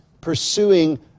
pursuing